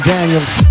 Daniels